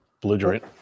belligerent